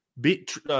Beat